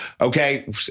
Okay